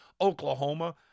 Oklahoma